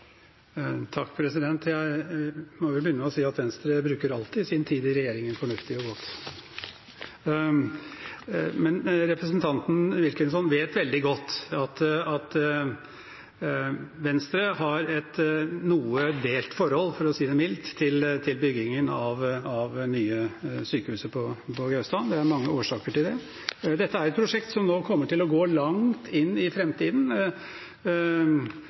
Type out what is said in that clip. Jeg må begynne med å si at Venstre bruker alltid sin tid i regjering fornuftig og godt. Representanten Wilkinson vet veldig godt at Venstre har et noe delt forhold, for å si det mildt, til byggingen av det nye sykehuset på Gaustad. Det er mange årsaker til det. Dette er et prosjekt som nå kommer til å gå langt inn i